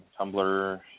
Tumblr